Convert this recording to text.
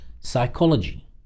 Psychology